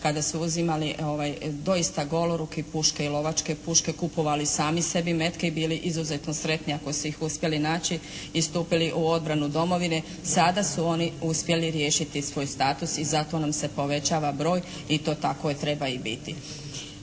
kada su uzimali doista goloruki puške i lovačke puške, kupovali sami sebi metke i bili izuzetno sretni ako su ih uspjeli naći i stupili u obranu domovine. Sada su oni uspjeli riješiti svoj status i zato nam se povećava broj i to tako treba i biti.